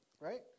Right